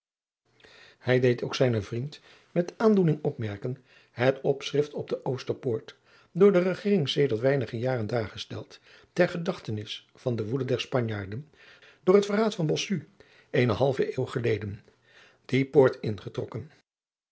hij deed ook zijnen vriend'met aandoening opmerken het opschrifc op de oostpoort door de regering sedert weinige jaren daargesteld ter gedachtenis van de woede der spanjaarden door het verraad van bossu eene halve eeuw geleden die poort ingetrokken